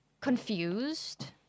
confused